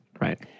right